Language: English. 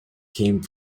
came